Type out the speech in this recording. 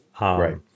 right